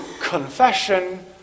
confession